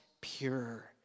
pure